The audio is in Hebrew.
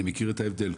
אני מכיר את ההבדל.